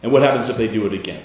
and what happens if they do it again